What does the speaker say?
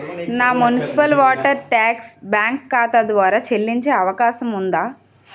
నా municipal water tax bank ఖాతా ద్వారా చెల్లించే అవకాశం ఉందా?